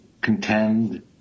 contend